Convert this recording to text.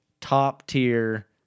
top-tier